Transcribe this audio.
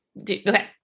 Okay